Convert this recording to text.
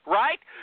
right